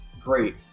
great